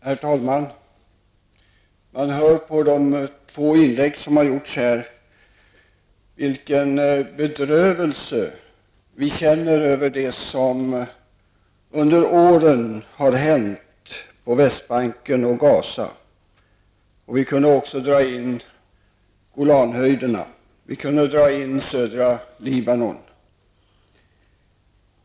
Herr talman! Man kan av de två inlägg som här gjorts höra vilken bedrövelse vi känner över det som under åren har hänt på Västbanken och i Gaza. Man kan i detta sammanhang också nämna Golanhöjderna och södra Libanon.